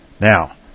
Now